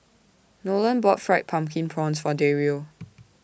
Nolan bought Fried Pumpkin Prawns For Dario